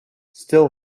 still